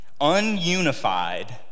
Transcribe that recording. ununified